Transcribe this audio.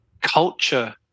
culture